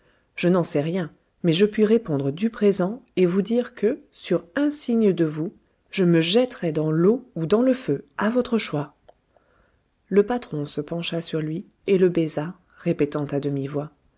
je n'en sais rien mais je puis répondre du présent et vous dire que sur un signe de vous je me jetterais dans l'eau ou dans le feu à votre choix le patron se pencha sur lui et le baisa répétant à